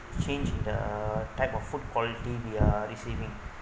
change the type of food quality we are receiving